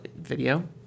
video